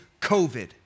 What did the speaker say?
COVID